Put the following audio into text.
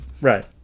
Right